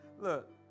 Look